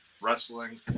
wrestling